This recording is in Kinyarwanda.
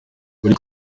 buri